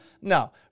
No